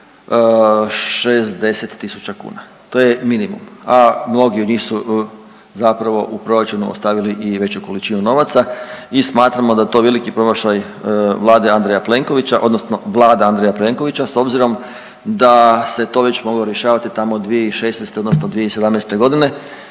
tisuća kuna. To je minimum, a mnogi od njih su zapravo u proračunu ostavili i veće količinu novaca i smatramo da je to veliki promašaj Vlade Andreja Plenkovića odnosno Vlada Andreja Plenkovića s obzirom da se to već moglo rješavati tamo 2016., odnosno 2017. g. i